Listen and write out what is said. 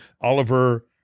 Oliver